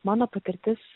mano patirtis